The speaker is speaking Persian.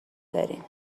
دارین